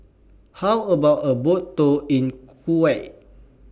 How about A Boat Tour in Kuwait